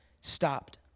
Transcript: stopped